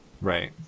right